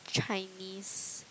Chinese